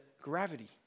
gravity